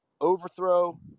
overthrow